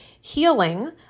healing